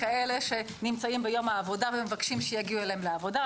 כאלה שנמצאים ביום העבודה ומבקשים שיגיעו אליהם לעבודה.